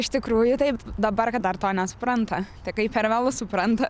iš tikrųjų taip dabar kad dar to nesupranta tik kai per vėlu supranta